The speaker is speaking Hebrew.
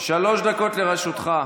שלוש דקות לרשותך.